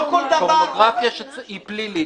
פורנוגרפיה שהיא פלילית.